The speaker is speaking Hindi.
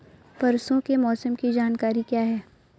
परसों के मौसम की जानकारी क्या है?